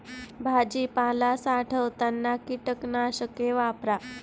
भाजीपाला साठवताना कीटकनाशके वापरा